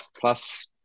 plus